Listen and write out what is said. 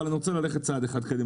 אבל אני רוצה ללכת צעד אחד קדימה,